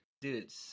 Dude